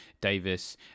Davis